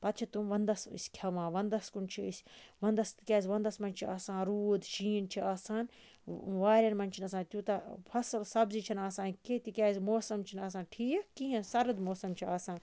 پَتہٕ چھ تِم وَندَس أسۍ کھیٚوان وَندَس کُن چھِ أسۍ وَندَس تکیازِ وَندَس مَنٛز چھِ آسان روٗد شیٖن چھ آسان واریٚن مَنٛز چھُنہٕ آسان تیوتاہ فصل سبزی چھَنہٕ آسان کینٛہہ تکیاز موسَم چھُنہٕ آسان ٹھیٖک کِہیٖنۍ سرد موسَم چھُ آسان